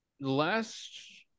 last